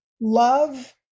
love